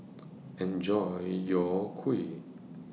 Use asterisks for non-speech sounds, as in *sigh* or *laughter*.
*noise* Enjoy your Kuih